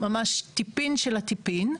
טיפין של הטיפין,